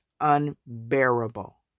unbearable